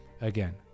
again